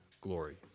glory